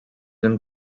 and